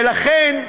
ולכן,